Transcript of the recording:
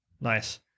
Nice